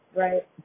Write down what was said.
right